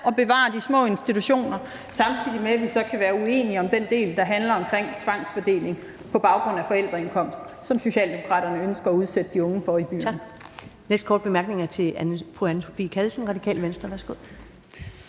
og bevarer de små institutioner, samtidig med at vi så kan være uenige om den del, der handler om tvangsfordeling på baggrund af forældreindkomst, som Socialdemokraterne ønsker at udsætte de unge for i byerne.